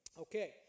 Okay